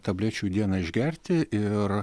tablečių dieną išgerti ir